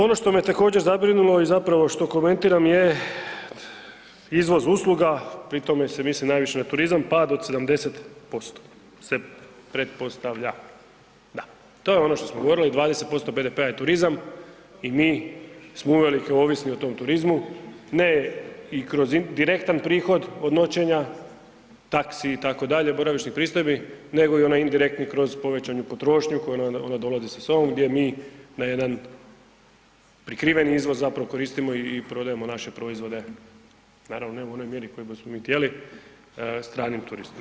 Ono što me također zabrinulo i zapravo što komentiram je izvoz usluga, pri tome se misli najviše na turizam pad od 70% se pretpostavlja, da to je ono što smo govorili 20% BDP-a je turizam i mi smo uvelike ovisni o tom turizmu, ne i kroz direktan prihod od noćenja taksi itd., boravišnih pristojbi nego i onaj indirektni kroz povećanu potrošnju koju onda dolazi sa sobom gdje mi na jedan prikriveni izvoz koristimo i prodajemo naše proizvode naravno ne u onoj mjeri kojoj bismo mi htjeli stranim turistima.